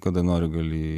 kada nori gali